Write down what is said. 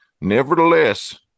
Nevertheless